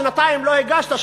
שנתיים לא הגשת,